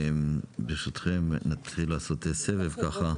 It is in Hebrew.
ברשותכם נתחיל לעשות סבב ככה.